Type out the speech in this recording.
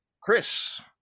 Chris